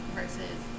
versus